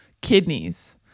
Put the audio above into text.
kidneys